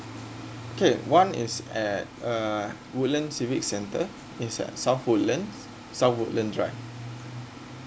okay one is at uh woodlands civic center it's at south woodlands south woodlands dive